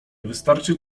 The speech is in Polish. wystarczy